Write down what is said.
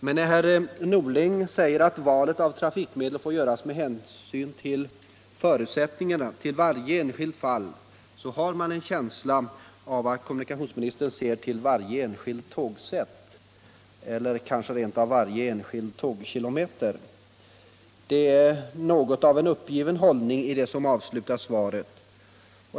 Men när herr Norling säger att valet av trafikmedel får göras med hänsyn till förutsättningarna i varje enskilt fall får man en känsla av att kommunikationsministern ser till varje enskilt tågsätt eller rent av till varje enskild tågkilometer. Det är något av en uppgiven hållning i det som avslutar svaret.